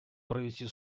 провести